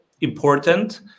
important